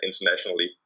internationally